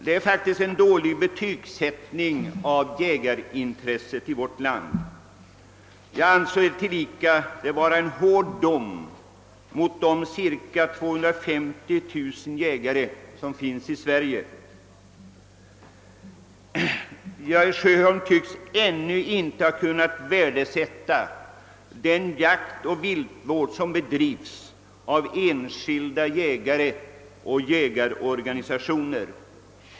Det är en dålig betygsättning av jägarintresset i vårt land, och tillika anser jag att det är en hård dom över de cirka 250 000 jägarna i Sverige. Herr Sjöholm tycks ännu inte ha kunnat värdesätta den jaktoch viltvård som bedrivs av enskilda ' jägare och jägarorganisationer.